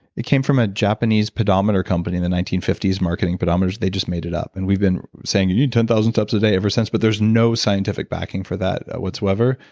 it came from a japanese pedometer company in the nineteen fifty s marketing pedometers. they just made it up. and we've been saying, you need ten thousand steps a day, ever since, but there's no scientific backing for that whatsoever.